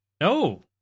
no